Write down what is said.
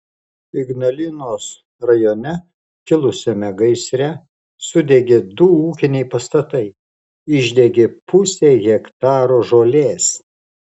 ignalinos rajone kilusiame gaisre sudegė du ūkiniai pastatai išdegė pusė hektaro žolės